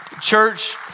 church